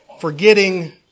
forgetting